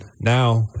Now